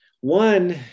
one